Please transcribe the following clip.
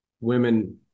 women